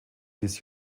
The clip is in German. dies